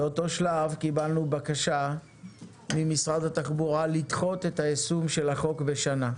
באותו שלב קיבלנו בקשה ממשרד התחבורה לדחות את היישום של החוק בשנה.